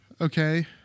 Okay